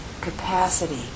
capacity